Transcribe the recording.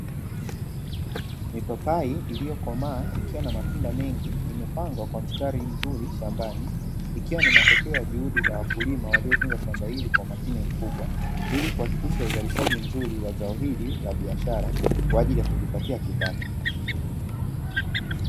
Mipapai iliyokomaa ikiwa na matunda mengi imepangwa kwa mstari mzuri shambani ikiwa ni matokea ya juhudi za wakulima waliotunza shamba hili kwa umakini mkubwa ilikuhakikisha uzalishaji mzuri wa zao hili la biashara kwaajili ya kujipatia kipato.